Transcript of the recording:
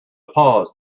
pause